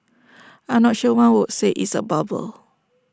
I'm not sure one would say it's A bubble